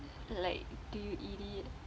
like do you eat it